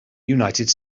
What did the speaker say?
united